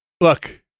look